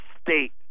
state